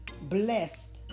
Blessed